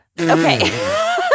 Okay